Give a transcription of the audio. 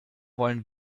wollen